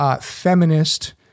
feminist